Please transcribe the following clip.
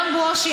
אדון ברושי,